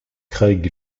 craig